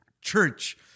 church